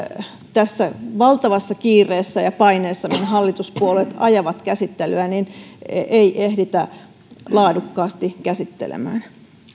tässä valtavassa kiireessä ja paineessa millä hallituspuolueet ajavat käsittelyä ei ehditä laadukkaasti käsittelemään